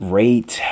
rate